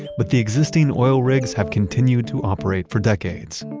but the existing oil rigs have continued to operate for decades.